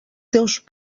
teus